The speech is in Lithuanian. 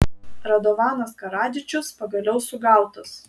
radovanas karadžičius pagaliau sugautas